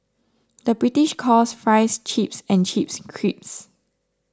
the British calls Fries Chips and Chips Crisps